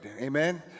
amen